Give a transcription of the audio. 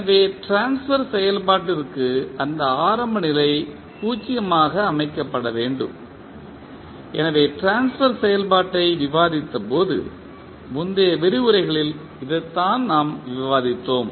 எனவே ட்ரான்ஸ்பர் செயல்பாட்டிற்கு அந்த ஆரம்ப நிலை 0 ஆக அமைக்கப்பட வேண்டும் எனவே ட்ரான்ஸ்பர் செயல்பாட்டை விவாதித்தபோது முந்தைய விரிவுரைகளில் இதுதான் நாம் விவாதித்தோம்